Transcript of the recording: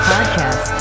Podcast